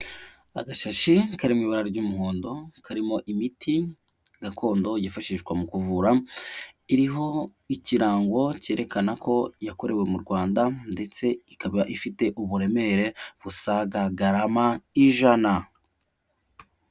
Agashashi kari mu ibara ry'umuhondo, karimo imiti gakondo yifashishwa mu kuvura, iriho ikirango cyerekana ko yakorewe mu Rwanda, ndetse ikaba ifite uburemere busaga garama ijana.